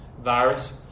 virus